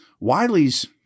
Wiley's